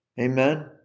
Amen